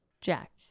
Jack